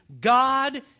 God